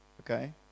okay